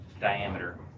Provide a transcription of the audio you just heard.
diameter